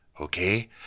okay